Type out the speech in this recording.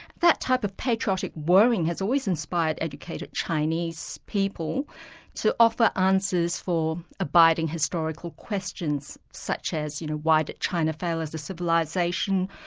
that type of patriotic worrying has always inspired educated chinese people to offer answers for abiding historical questions such as you know why did china fail as a civilisation?